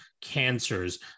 cancers